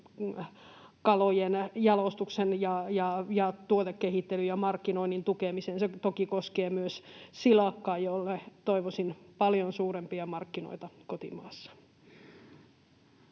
kalojen jalostuksen ja tuotekehittelyn ja markkinoinnin tukemiseen. Se toki koskee myös silakkaa, jolle toivoisin paljon suurempia markkinoita kotimaassa.